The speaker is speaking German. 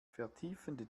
vertiefende